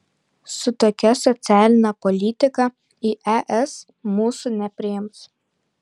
su tokia socialine politika į es mūsų nepriims